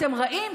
אתם רעים.